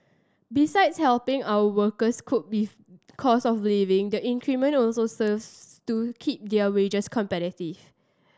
besides helping our workers cope with cost of living the increment also serves to keep their wages competitive